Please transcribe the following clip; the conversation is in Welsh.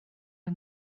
yng